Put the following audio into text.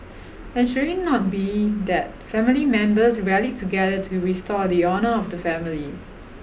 and should it not be that family members rally together to restore the honour of the family